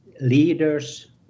leaders